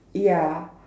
ya